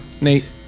Nate